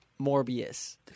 Morbius